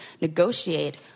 negotiate